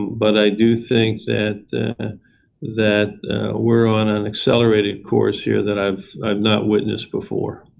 but i do think that that we're on an accelerated course here that i have not witnessed before.